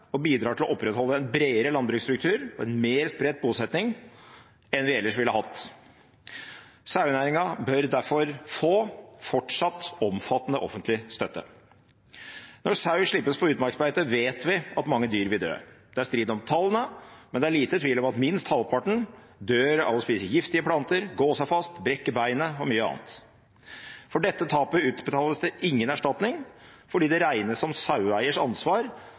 og bidrar til å opprettholde en bredere landbruksstruktur og en mer spredt bosetting enn vi ellers ville hatt. Sauenæringen bør derfor fortsatt få omfattende offentlig støtte. Når sau slippes på utmarksbeite, vet vi at mange dyr vil dø. Det er strid om tallene, men det er liten tvil om at minst halvparten dør av å spise giftige planter, gå seg fast, brekke beinet og mye annet. For dette tapet utbetales det ingen erstatning, fordi det regnes som saueeiers ansvar